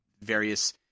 various